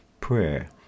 prayer